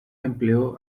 empleó